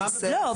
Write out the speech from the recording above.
לא.